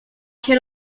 się